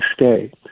stay